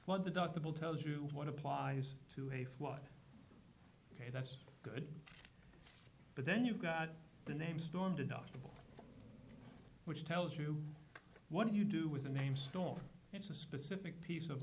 what the doctor tells you what applies to hafe what way that's good but then you've got the name storm deductible which tells you what do you do with the name storm it's a specific piece of